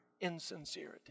insincerity